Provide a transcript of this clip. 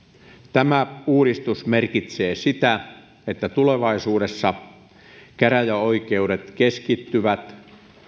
tämä uudistus merkitsee sitä että tulevaisuudessa käräjäoikeudet keskittyvät